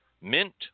mint